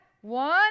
One